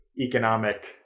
economic